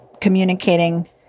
communicating